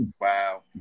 Wow